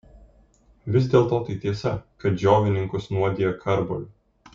vis dėlto tai tiesa kad džiovininkus nuodija karboliu